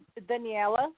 Daniela